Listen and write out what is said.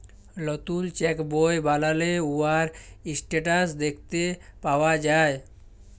লতুল চ্যাক বই বালালে উয়ার ইসট্যাটাস দ্যাখতে পাউয়া যায়